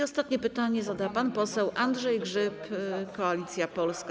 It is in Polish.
Ostatnie pytanie zada pan poseł Andrzej Grzyb, Koalicja Polska.